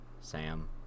Sam